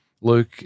Luke